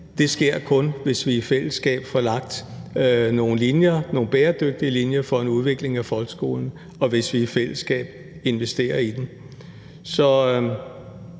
Det sker kun, hvis vi i fællesskab får lagt nogle bæredygtige linjer for en udvikling af folkeskolen, og hvis vi i fællesskab investerer i den.